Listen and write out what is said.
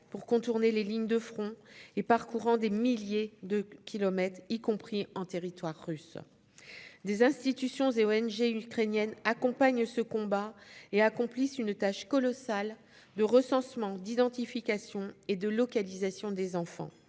pour contourner les lignes de front et parcourant des milliers de kilomètres, y compris en territoire russe. Des institutions et organisations non gouvernementales ukrainiennes accompagnent ce combat et accomplissent une tâche colossale de recensement, d'identification et de localisation des enfants.